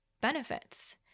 benefits